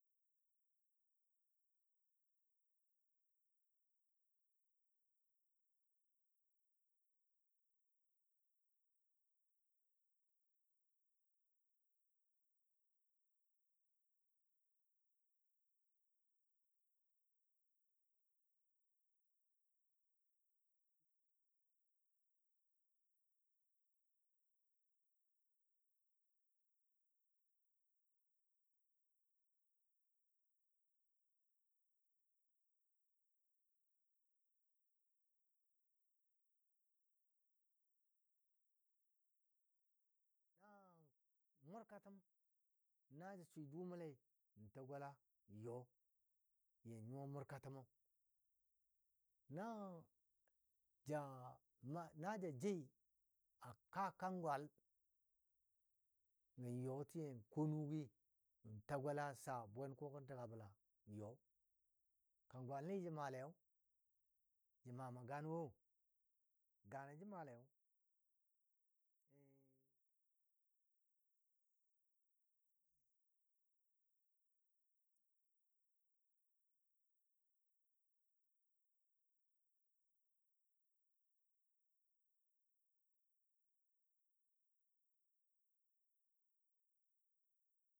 Buto məndi a kwiya ka nəlɔ a təgalami to mə kuwole abʊmmibɔ nəngo jʊwa bwi miso mən yile nyon yi nən səg nyo mə maabo maaji n tika bʊtɔ məndi nən na yi kaam diti ngun ta gola yɔ nən na n yo fəlen a na yem a daagɔ betə lɔɔ kilami dʊʊɔ wai wʊni abʊla a bəlaji yan yal ji kaam ditənɔ n daa wɔ nan daa fəb təma sheli gun la gola be na ja maa shiyatəm akaa daai n yɔ yan yalji n ta kang jinɔ n yalli n yan be na murkatəm na jə swi dʊmɔlai la n gəla yɔ yan nyuwa murktəmɔ na ja jei akaa kang gwal gə yɔ sə yan kʊwɔ nʊgi n ta gɔla n sa bwenkuwa gɔ n dəg abəla n yɔ kanggwal ni ja maalei ja mama ganwɔ gan ni jə maale yoi jə təmɔ a mʊngo bəla mʊni yau nan swi n jəg mu təng nʊni ana nɔɔliyoi mʊ təngəm le mʊ təngəm le a nung mʊ təmʊn maa fʊlɔtən nəl.